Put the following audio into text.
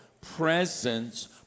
presence